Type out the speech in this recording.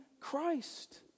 Christ